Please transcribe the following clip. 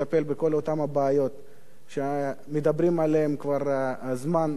אותן הבעיות שמדברים עליהן כבר זמן לא מועט.